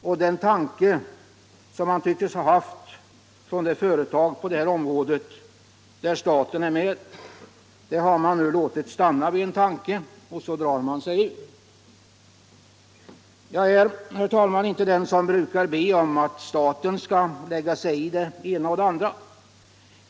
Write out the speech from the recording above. Och den tanke som tycks ha funnits hos det företag på det här området där staten är med har man låtit stanna vid en tanke — och så drar man sig ur. Jag är, herr talman, inte den som brukar be om att staten skall lägga | sig i det ena och det andra.